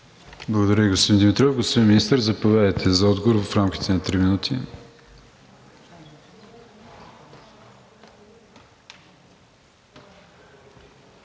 Благодаря Ви, господин Димитров. Господин Министър, заповядайте за отговор в рамките на три минути.